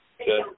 Okay